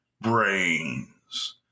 brains